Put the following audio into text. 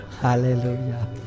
Hallelujah